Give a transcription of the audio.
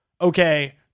okay